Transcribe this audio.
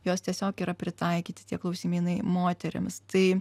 jos tiesiog yra pritaikyti tie klausimynai moterims tai